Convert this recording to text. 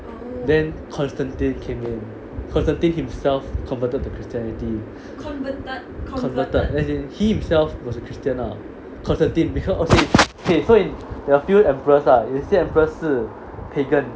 then constantine came in constantine himself converted to christianity converted as in he himself was a christian ah constantine because okay there are a few emperors ah 有些 emperor 是 pagan